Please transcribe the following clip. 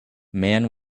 man